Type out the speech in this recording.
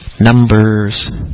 Numbers